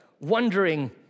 wondering